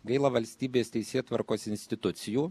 gaila valstybės teisėtvarkos institucijų